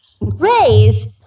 raise